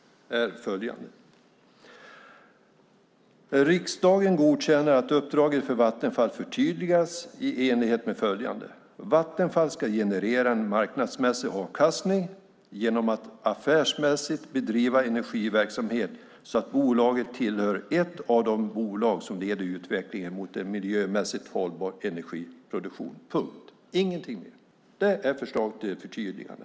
Där står följande: "Riksdagen godkänner att uppdraget för Vattenfall förtydligas i enlighet med följande. Vattenfall ska generera en marknadsmässig avkastning genom att affärsmässigt bedriva energiverksamhet så att bolaget tillhör ett av de bolag som leder utvecklingen mot en miljömässigt hållbar energiproduktion." Det är vad som står och ingenting mer. Det är förslaget till förtydligande.